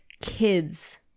kids